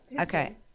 Okay